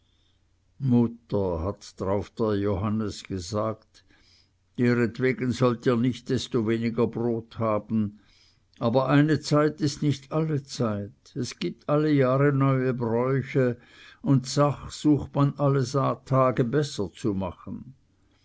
mutter hat darauf der johannes gesagt deretwegen sollt ihr nicht desto weniger brot haben aber eine zeit ist nicht alle zeit es gibt alle jahre neue bräuche und dsach sucht man alle tage besser zu machen